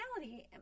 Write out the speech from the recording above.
reality